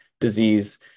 disease